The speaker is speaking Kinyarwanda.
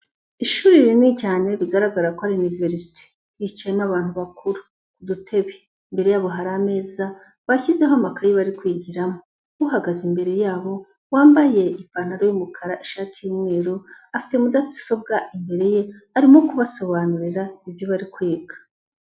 Ishuri rinini cyane bigaragara ko ari yuniverisite, hicayemo abantu bakuru kudutebe, imbere yabo hari ameza bashyizeho amakaye bari kwigiramo. Uhagaze imbere yabo wambaye ipantaro y'umukara, ishati y'umweru, afite mudasobwa imbere ye arimo kubasobanurira ibyo bari kwiga.